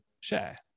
share